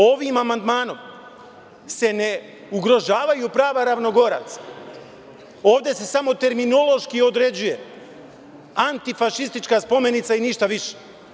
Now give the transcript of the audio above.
Ovim amandmanom se ne ugrožavaju prava ravnogoraca, ovd se samo terminološki određuje antifašistička spomenika i ništa više.